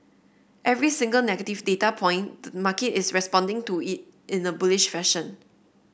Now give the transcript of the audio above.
every single negative data point the market is responding to it in a bullish fashion